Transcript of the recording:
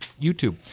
YouTube